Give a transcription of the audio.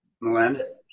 Melinda